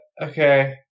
Okay